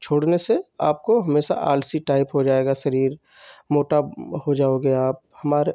छोड़ने से आपको हमेसा आलसी टाइप हो जाएगा शरीर मोटा हो जाओगे आप हमारे